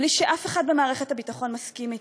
בלי שאף אחד במערכת הביטחון מסכים לה,